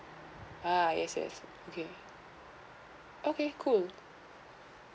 ah yes yes okay okay cool